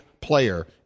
player